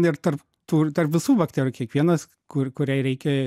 ir tarp tų ir tarp visų bakterijų kiekvienas kur kuriai reikia